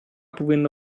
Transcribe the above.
повинна